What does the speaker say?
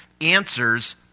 answers